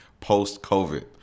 post-COVID